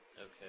Okay